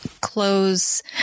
close